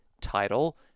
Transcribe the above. title